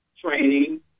training